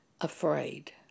afraid